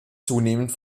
zunehmend